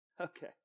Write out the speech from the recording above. Okay